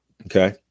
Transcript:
Okay